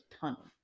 tunnel